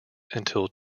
until